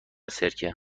سرکه